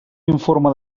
informe